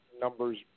numbers